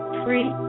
free